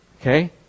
okay